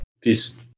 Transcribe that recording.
peace